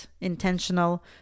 intentional